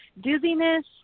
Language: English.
dizziness